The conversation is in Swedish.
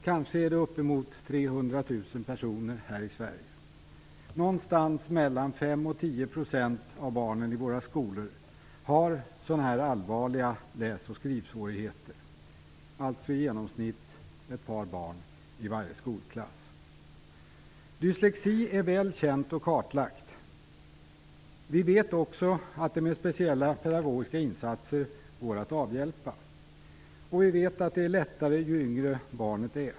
Kanske rör det sig om uppemot 300 000 personer här i Sverige. Någonstans mellan 5 10 % av barnen i våra skolor har allvarliga läs och skrivsvårigheter. I genomsnitt handlar det alltså om ett par barn i varje skolklass. Dyslexin är väl känd och kartlagd. Vi vet att den med speciella pedagogiska insatser går att avhjälpa. Vi vet också att detta är lättare ju yngre barnet är.